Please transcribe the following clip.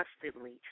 Constantly